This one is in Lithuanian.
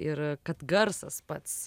ir kad garsas pats